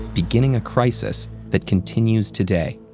beginning a crisis that continues today.